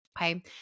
Okay